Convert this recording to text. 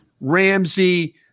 Ramsey